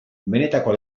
benetako